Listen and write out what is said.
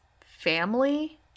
family